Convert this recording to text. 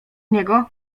niego